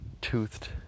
toothed